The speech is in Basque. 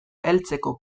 heltzeko